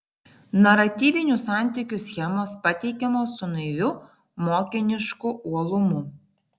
naratyvinių santykių schemos pateikiamos su naiviu mokinišku uolumu